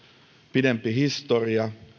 pidempi historia